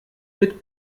mit